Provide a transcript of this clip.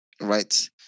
right